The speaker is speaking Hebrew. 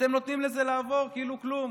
ואתם נותנים לזה לעבור כאילו כלום.